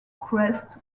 crest